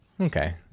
Okay